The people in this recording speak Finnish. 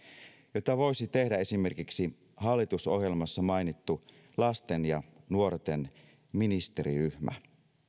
jota voisi tehdä esimerkiksi hallitusohjelmassa mainittu lasten ja nuorten ministeriryhmä